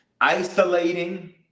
Isolating